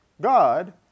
God